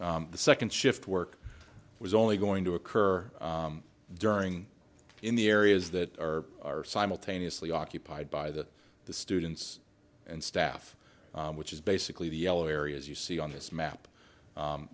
the second shift work was only going to occur during in the areas that are are simultaneously occupied by the the students and staff which is basically the yellow areas you see on this map